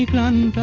one